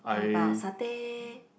what about satay